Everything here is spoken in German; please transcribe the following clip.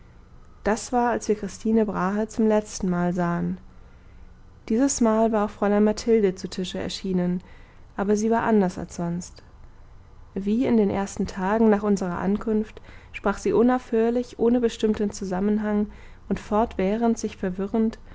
das war als wir christine brahe zum letztenmal sahen dieses mal war auch fräulein mathilde zu tische erschienen aber sie war anders als sonst wie in den ersten tagen nach unserer ankunft sprach sie unaufhörlich ohne bestimmten zusammenhang und fortwährend sich verwirrend